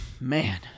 man